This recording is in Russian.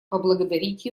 поблагодарить